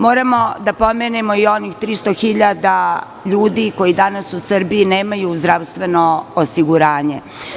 Moramo da pomenemo i onih 300.000 ljudi koji danas u Srbiji nemaju zdravstveno osiguranje.